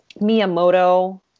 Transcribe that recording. Miyamoto